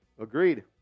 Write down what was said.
Agreed